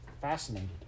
fascinated